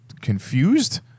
confused